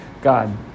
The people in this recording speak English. God